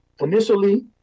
initially